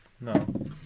No